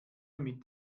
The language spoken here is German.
mit